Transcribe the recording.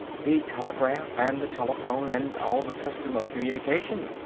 the telegraph and the telephone and all the system of communication?